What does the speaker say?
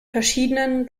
verschiedenen